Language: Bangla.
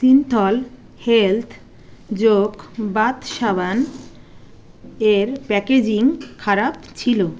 সিন্থল হেল্থ যোগ বাথ সাবান এর প্যাকেজিং খারাপ ছিল